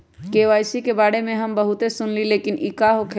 KYC के बारे में हम बहुत सुनीले लेकिन इ का होखेला?